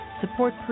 Support